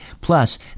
plus